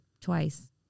Twice